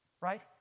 right